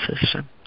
system